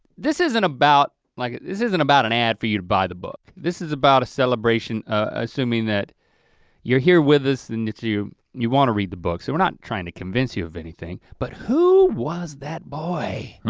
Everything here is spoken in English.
this isn't about, like this isn't about an ad for you to buy the book, this is about a celebration, assuming that you're here with us and that you you wanna read the book, so we're not trying to convince you of anything. but who was that boy?